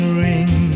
ring